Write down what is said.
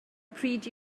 pryd